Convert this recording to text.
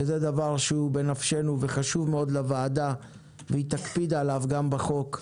שזה דבר שהוא בנפשנו וחשוב מאוד לוועדה והיא תקפיד עליו גם בחוק,